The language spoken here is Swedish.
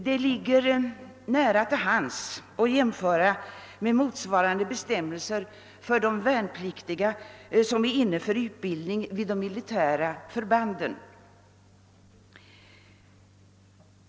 Det ligger här nära till hands att jämföra med inotsvarande bestämmelser för värnpliktiga som ligger inne för utbildning vid de militära förbanden.